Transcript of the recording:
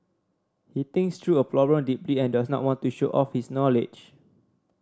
he thinks through a problem deeply and does not want to show off his knowledge